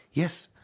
yes!